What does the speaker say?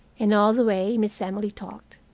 and all the way miss emily talked.